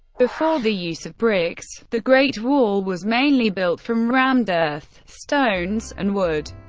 before the use of bricks, the great wall was mainly built from rammed earth, stones, and wood.